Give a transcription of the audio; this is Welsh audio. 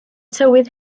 tywydd